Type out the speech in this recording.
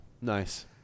Nice